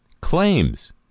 Claims